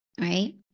right